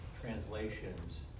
translations